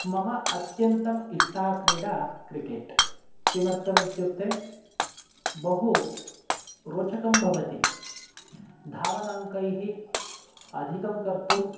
मम अत्यन्तम् इष्टा क्रीडा क्रिकेट् किमर्थम् इत्युक्ते बहुरोचकं भवति धावनाङ्कैः अधिकं कर्तुं